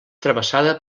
travessada